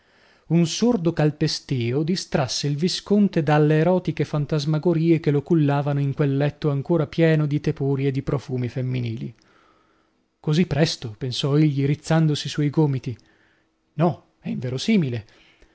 un sordo calpestìo distrasse il visconte dalle erotiche fantasmagorie che lo cullavano in quel letto ancora pieno di tepori e di profumi femminili così presto pensò egli rizzandosi sui gomiti no è inverossimile